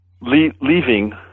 leaving